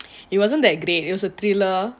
it wasn't that great it was a thriller